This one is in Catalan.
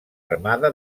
armada